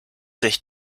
sich